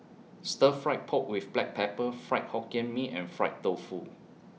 Stir Fry Pork with Black Pepper Fried Hokkien Mee and Fried Tofu